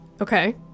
Okay